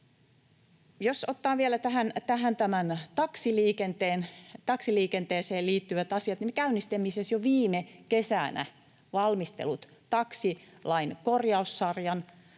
tämän taksiliikenteen, taksiliikenteeseen liittyvät asiat, niin me käynnistimme siis jo viime kesänä valmistelut taksilain korjaussarjan